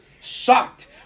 shocked